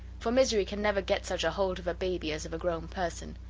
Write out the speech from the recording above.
for misery can never get such a hold of a baby as of a grown person.